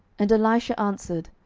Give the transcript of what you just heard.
and elisha answered,